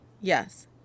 Yes